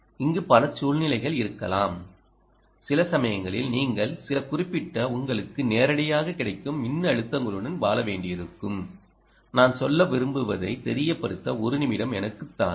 இங்கு பல சூழ்நிலைகள் இருக்கலாம் சில சமயங்களில் நீங்கள் சில குறிப்பிட்ட உங்களுக்கு நேரடியாகக் கிடைக்கும் மின்னழுத்தங்களுடன் வாழ வேண்டியிருக்கும் நான் சொல்ல விரும்புவதை தெரியப்படுத்த ஒரு நிமிடம் எனக்குத் தாருங்கள்